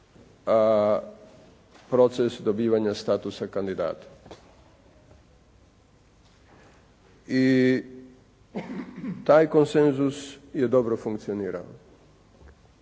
proces dobivanja statusa kandidata. I taj konsenzus je dobro funkcionirao.